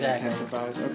intensifies